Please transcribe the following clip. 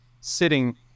sitting